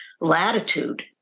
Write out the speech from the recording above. latitude